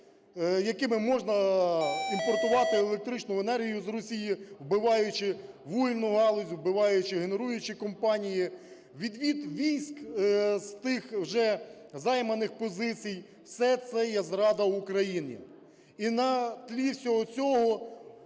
якими можна імпортувати електричну енергію з Росії, вбиваючи вугільну галузь, вбиваючи генеруючі компанії. Відвід військ з тих вже займаних позицій – це все є зрада України. І на тлі всього цього